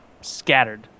scattered